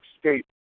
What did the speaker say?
escape